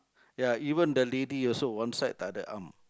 ya even the lady also one side takde arm